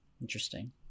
Interesting